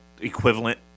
equivalent